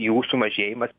jų sumažėjimas